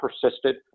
persisted